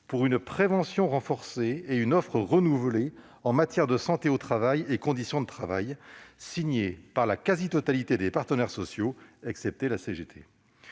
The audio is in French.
pour une prévention renforcée et une offre renouvelée en matière de santé au travail et conditions de travail, signé par la quasi-totalité des partenaires sociaux, excepté la CGT.